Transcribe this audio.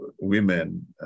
women